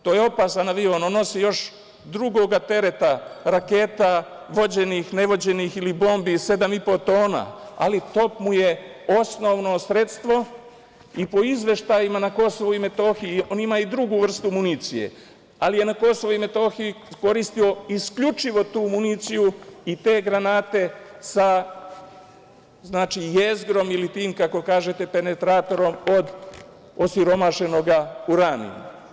To je opasan avion, on nosi još drugog tereta, raketa, vođenih, nevođenih ili bombi i 7,5 tona, ali top mu je osnovno sredstvo i po izveštajima na Kosovu i Metohiji, on ima i drugu vrstu municije, ali je na Kosovu i Metohiji koristio isključivo tu municiju i te granate sa jezgrom ili tim, kako kažete, penetratorom od osiromašenog uranijuma.